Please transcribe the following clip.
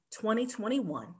2021